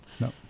no